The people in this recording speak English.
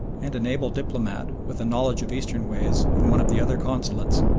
and an able diplomat, with a knowledge of eastern ways, in one of the other consulates,